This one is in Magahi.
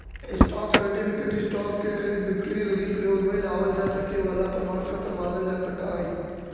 स्टॉक सर्टिफिकेट स्टॉक के खरीद बिक्री लगी प्रयोग में लावल जा सके वाला प्रमाण पत्र मानल जा सकऽ हइ